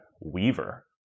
Weaver